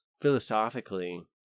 philosophically